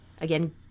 again